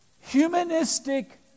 humanistic